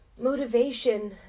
motivation